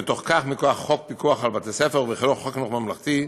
ובתוך כך מכוח חוק פיקוח על בתי-ספר וחוק חינוך ממלכתי.